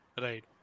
Right